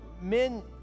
Men